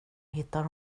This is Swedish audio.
hittar